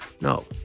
no